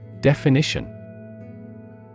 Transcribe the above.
Definition